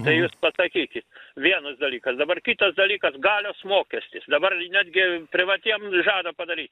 jūs pasakykit vienas dalykas dabar kitas dalykas galios mokestis dabar netgi privatiems žada padaryt